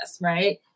right